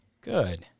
Good